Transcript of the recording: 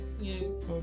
Yes